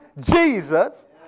Jesus